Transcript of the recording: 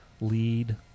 lead